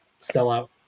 sellout